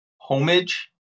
Homage